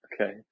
Okay